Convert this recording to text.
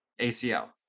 ACL